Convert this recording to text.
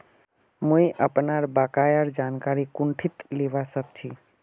मुई अपनार बकायार जानकारी कुंठित लिबा सखछी